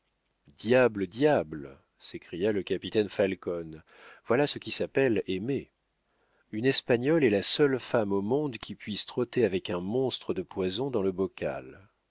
diable diable s'écria le capitaine falcon voilà ce qui s'appelle aimer une espagnole est la seule femme au monde qui puisse trotter avec un monstre de poison dans le bocal